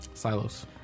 silos